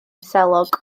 selog